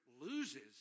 loses